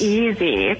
easy